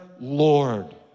Lord